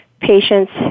patients